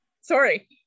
sorry